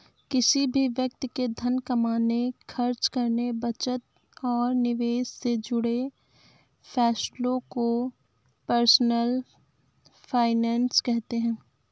किसी भी व्यक्ति के धन कमाने, खर्च करने, बचत और निवेश से जुड़े फैसलों को पर्सनल फाइनैन्स कहते हैं